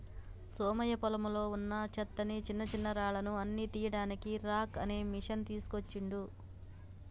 సోమయ్య పొలంలో వున్నా చెత్తని చిన్నచిన్నరాళ్లు అన్ని తీయడానికి రాక్ అనే మెషిన్ తీస్కోచిండు